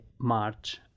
March